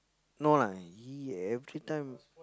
no lah he every time